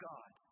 God